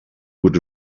would